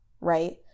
right